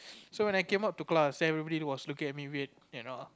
so when I came up to class then everybody was looking at me weird you know